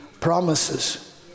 promises